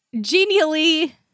genially